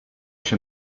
się